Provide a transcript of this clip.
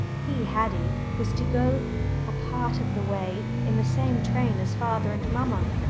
he haddie was to go a part of the way in the same train as father and mamma.